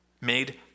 made